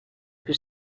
più